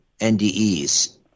NDEs